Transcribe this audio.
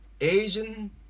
Asian